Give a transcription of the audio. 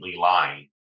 lying